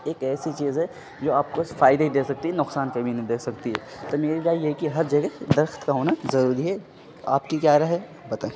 ایک ایسی چیز ہے جو آپ کو فائدے ہی دے سکتی ہے نقصان کبھی نہیں دے سکتی ہے تو میری رائے یہ ہے کہ ہر جگہ درخت کا ہونا ضروری ہے آپ کی کیا رائے ہے بتائیں